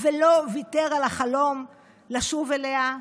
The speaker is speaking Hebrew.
ולא ויתר על החלום לשוב אליה,